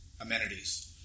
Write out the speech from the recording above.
amenities